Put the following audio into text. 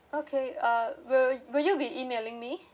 okay uh will will you be emailing me